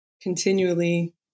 continually